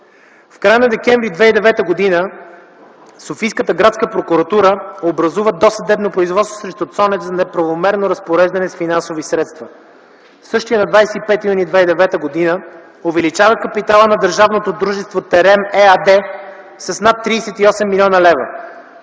В края на декември 2009 г. Софийската градска прокуратура образува досъдебно производство срещу Цонев за неправомерно разпореждане с финансови средства. Същият на 25 юни 2009 г. е увеличил капитала на държавното дружество